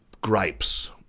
gripes—